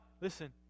listen